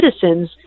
citizens